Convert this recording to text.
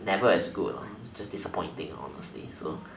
never as good just disappointing honestly so